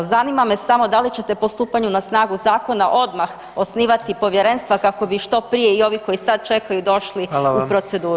Zanima me samo da li ćete po stupanju na snagu zakona odmah osnivati povjerenstva kako bi što prije i ovi koji sad čekaju došli [[Upadica: Hvala vam]] u proceduru?